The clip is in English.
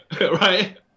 right